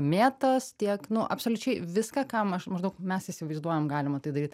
mėtas tiek nu absoliučiai viską kam aš maždaug mes įsivaizduojam galima tai daryt